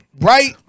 right